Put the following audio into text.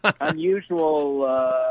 unusual